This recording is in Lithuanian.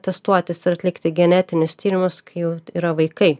testuotis ir atlikti genetinius tyrimus kai jau yra vaikai